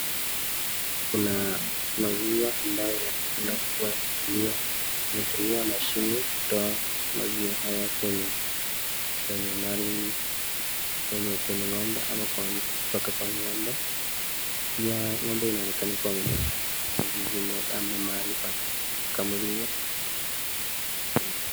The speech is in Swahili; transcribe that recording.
Kuna maziwa ambayo inayoonekana kutumiwa mashini kutoa maziwa haya kwenye, kwenye ng'ombe, pia ng'ombe inaonekana iko zizini ama mahali pa kukamuliwa.